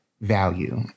value